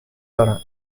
دارند